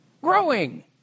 Growing